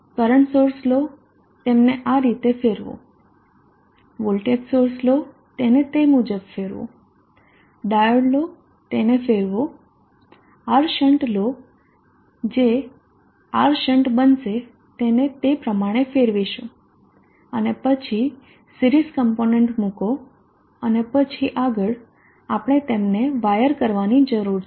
current source લો તેમને આ રીતે ફેરવો વોલ્ટેજ સોર્સ લો તેને તે મુજબ ફેરવો ડાયોડ લો તેને ફેરવો R શંટ લો જે R શંટ બનશે તેને તે પ્રમાણે ફેરવીશું અને પછી સિરીઝ કમ્પોનન્ટ મૂકો અને પછી આગળ આપણે તેમને વાયર કરવાની જરૂર છે